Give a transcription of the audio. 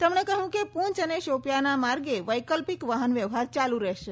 તેમણે કહ્યું કે પૂંચ અને શોપિયાંના માર્ગે વૈકલ્પિક વાહન વ્યવહાર ચાલુ રહેશે